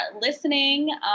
listening